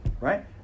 Right